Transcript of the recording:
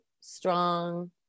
strong